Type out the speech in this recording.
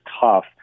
tough